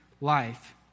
life